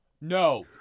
no